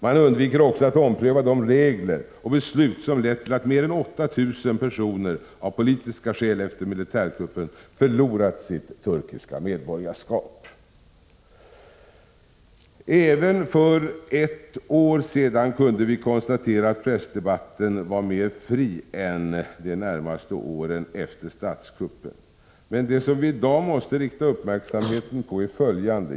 Man undviker också att ompröva de regler och beslut som lett till att mer än 8 000 personer av politiska skäl förlorat sina turkiska medborgarskap efter militärkuppen. Även för ett år sedan kunde vi konstatera att pressdebatten var mer fri än de närmaste åren efter statskuppen. Men det som vi i dag måste rikta uppmärksamheten emot är följande.